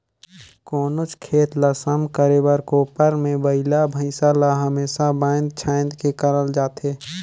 कोनोच खेत ल सम करे बर कोपर मे बइला भइसा ल हमेसा बाएध छाएद के करल जाथे